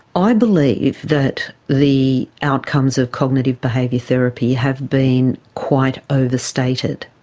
i believe that the outcomes of cognitive behaviour therapy have been quite overstated.